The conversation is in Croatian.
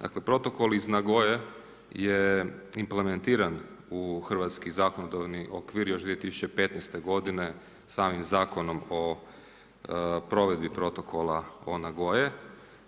Dakle protokoli iz Nagoye je implementiran u hrvatski zakonodavni okvir još 2015. g. samim zakonom o provedbi protokola o Nagoye